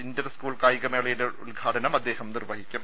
Inter school കായികമേളയുടെ ഉദ്ഘാടനം അദ്ദേഹം നിർവഹിക്കും